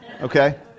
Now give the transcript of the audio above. Okay